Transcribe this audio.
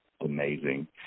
amazing